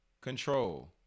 control